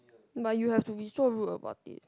but you have to be so rude about it